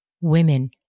Women